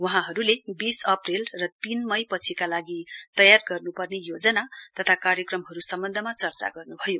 वहाँहरूले वीस अप्रेल र तीन मई पछिका लागि तयार गर्नुपर्ने योजना तथा कार्यक्रमहरू सम्वन्धमा चर्चा गर्नुभयो